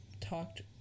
talked-